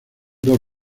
dos